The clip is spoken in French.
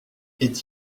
est